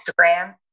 Instagram